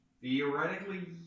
Theoretically